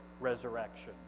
resurrection